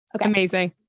Amazing